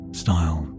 style